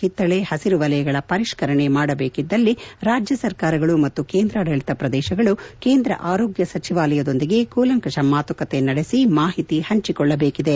ಕಿತ್ತಳೆ ಹಸಿರು ವಲಯಗಳ ಪರಿಷ್ಠರಣೆ ಮಾಡಬೇಕಿದ್ದಲ್ಲಿ ರಾಜ್ಯ ಸರಕಾರಗಳು ಮತ್ತು ಕೇಂದ್ರಾಡಳಿತ ಪ್ರದೇಶಗಳು ಕೇಂದ್ರ ಆರೋಗ್ಯ ಸಚಿವಾಲಯದೊಂದಿಗೆ ಕೂಲಂಕಷ ಮಾತುಕತೆ ನಡೆಸಿ ಮಾಹಿತಿ ಹಂಚಿಕೊಳ್ಲಬೇಕಿದೆ